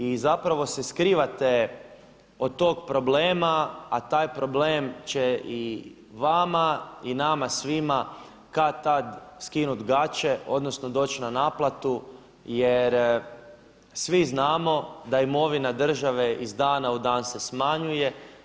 I zapravo se skrivate od tog problema, a taj problem će i vama i nama svima kad-tad skinut gače, odnosno doći na naplatu jer svi znamo da imovina države iz dana u dan se smanjuje.